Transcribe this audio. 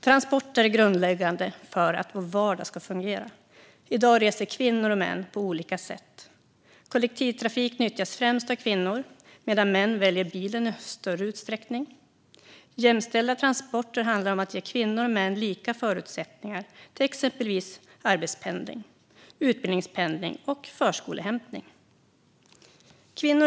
Transporter är grundläggande för att vår vardag ska fungera. I dag reser kvinnor och män på olika sätt. Kollektivtrafik nyttjas främst av kvinnor medan män i större utsträckning väljer bilen. Kvinnor reser i dag mer hållbart genom att de reser kollektivt och inte utsätter sig själva och andra för stora risker i trafiken.